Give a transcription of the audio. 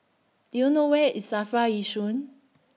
Do YOU know Where IS SAFRA Yishun